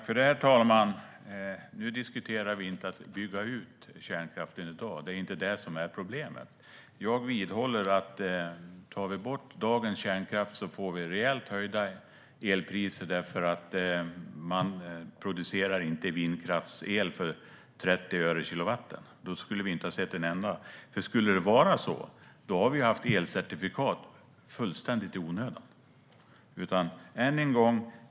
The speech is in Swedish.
Herr talman! Nu diskuterar vi inte att bygga ut kärnkraften i dag. Det är inte problemet. Jag vidhåller att om vi tar bort dagens kärnkraft får vi rejält höjda elpriser därför att det inte går att producera vindkraftsel för 30 öre per kilowattimme. Då skulle vi inte ha sett ett enda. Om det skulle vara så har elcertifikaten varit fullständigt onödiga.